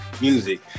music